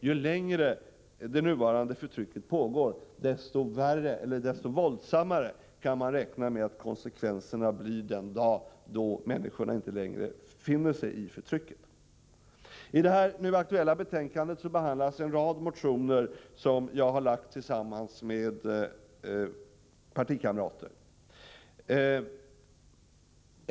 Ju längre det nuvarande förtrycket pågår, desto våldsammare kan man räkna med att konsekvenserna blir den dag då människorna inte längre finner sig i förtrycket. I det aktuella betänkandet behandlas en rad motioner, som jag har väckt tillsammans med partikamrater.